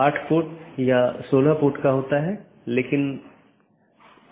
पथ को पथ की विशेषताओं के रूप में रिपोर्ट किया जाता है और इस जानकारी को अपडेट द्वारा विज्ञापित किया जाता है